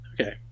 Okay